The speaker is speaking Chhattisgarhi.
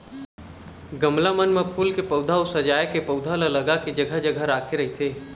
गमला मन म फूल के पउधा अउ सजाय के पउधा ल लगा के जघा जघा राखे रहिथे